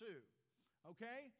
okay